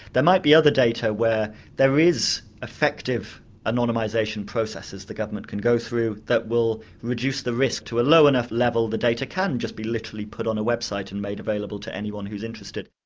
there might be other data where there is effective anonymisation processes the government can go through that will reduce the risk to a low enough level the data can just be literally put on a website and made available to anyone who's interested.